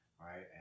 Right